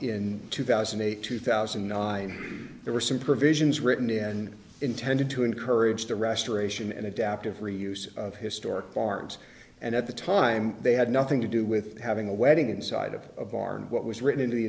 in two thousand and eight two thousand and nine there were some provisions written in intended to encourage the restoration and adaptive reuse of historic barns and at the time they had nothing to do with having a wedding inside of a barn what was written into the